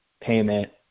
payment